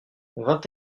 vingt